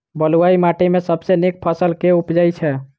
बलुई माटि मे सबसँ नीक फसल केँ उबजई छै?